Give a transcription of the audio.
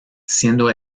siendo